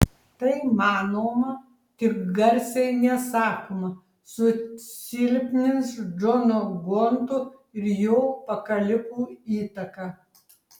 tai manoma tik garsiai nesakoma susilpnins džono gonto ir jo pakalikų įtaką